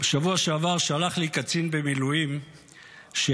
בשבוע שעבר שלח לי קצין במילואים שיצא